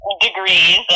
degrees